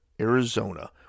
arizona